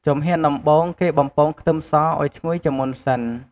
ជំហានដំបូង គេបំពងខ្ទឹមសឱ្យឈ្ងុយជាមុនសិន។